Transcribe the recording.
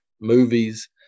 movies